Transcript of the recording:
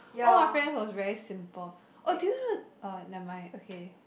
all my friends was very simple oh do you know uh nevermind okay